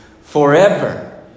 forever